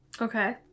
Okay